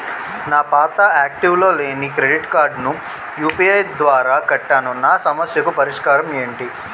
నా పాత యాక్టివ్ లో లేని క్రెడిట్ కార్డుకు యు.పి.ఐ ద్వారా కట్టాను నా సమస్యకు పరిష్కారం ఎంటి?